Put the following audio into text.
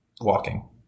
Walking